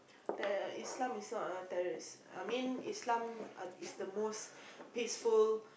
that Islam is not a terrorist I mean Islam uh is the most peaceful